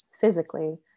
physically